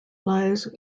lies